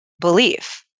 belief